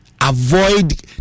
avoid